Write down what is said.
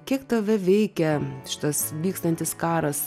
kiek tave veikia šitas vykstantis karas